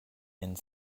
and